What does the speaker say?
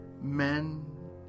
men